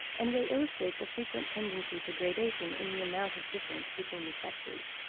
and they illustrate the frequent tendency to gradation in the amount of difference between the sexes.